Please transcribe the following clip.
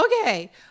okay